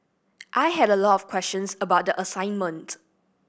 I had a lot of questions about the assignment